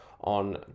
on